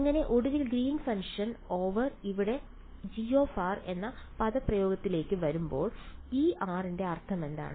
അങ്ങനെ ഒടുവിൽ green function over ഇവിടെ G എന്ന പദപ്രയോഗത്തിലേക്ക് വരുമ്പോൾ ഈ r ന്റെ അർത്ഥമെന്താണ്